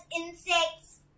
insects